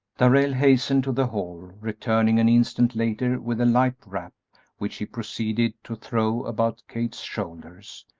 darrell hastened to the hall, returning an instant later with a light wrap which he proceeded to throw about kate's shoulders.